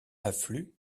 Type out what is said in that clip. affluent